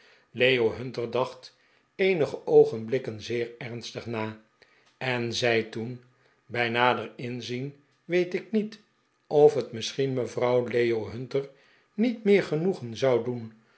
leo hunter dacht eenige oogenblikken zeer ernstig na en zei toen bij nader inzien weet ik niet of het misschien mevrouw leo hunter niet meer genoegen zou doen